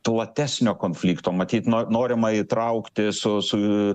platesnio konflikto matyt no norima įtraukti su su